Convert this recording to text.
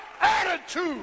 attitude